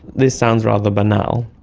this sounds rather banal.